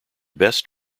best